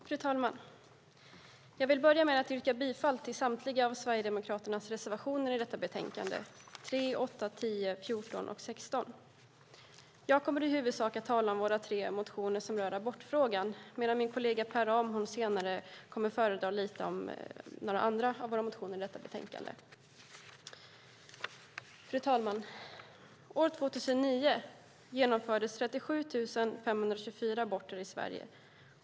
Fru talman! Jag börjar med att yrka bifall till Sverigedemokraternas samtliga reservationer i detta betänkande - 3, 8, 10, 14 och 16. Jag kommer i huvudsak att tala om våra tre motioner som rör abortfrågan, medan min kollega Per Ramhorn senare kommer att tala lite grann om några av våra andra motioner. Fru talman! År 2009 genomfördes 37 524 aborter i Sverige.